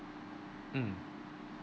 mm